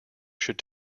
should